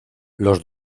los